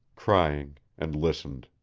crying, and listened.